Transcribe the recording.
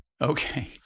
Okay